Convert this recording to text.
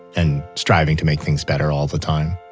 and striving to make things better all the time.